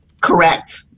Correct